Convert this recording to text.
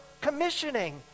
commissioning